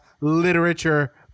literature